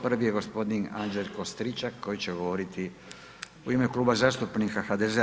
Prvi je gospodin Anđelo Stričak koji će govoriti u ime Kluba zastupnika HDZ-a.